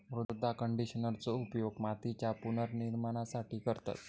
मृदा कंडिशनरचो उपयोग मातीच्या पुनर्निर्माणासाठी करतत